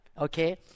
okay